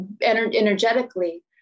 energetically